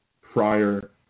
prior